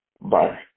Bye